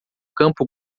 campo